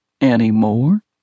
Anymore